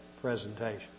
presentation